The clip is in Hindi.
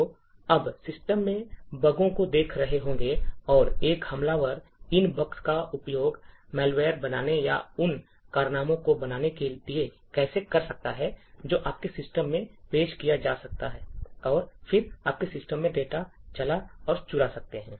तो आप सिस्टम में बगों को देख रहे होंगे और एक हमलावर इन बग्स का उपयोग मैलवेयर बनाने या उन कारनामों को बनाने के लिए कैसे कर सकता है जो आपके सिस्टम में पेश किए जा सकते हैं और फिर आपके सिस्टम में डेटा चला और चुरा सकते हैं